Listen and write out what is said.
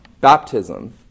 Baptism